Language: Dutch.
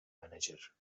manager